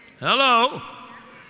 Hello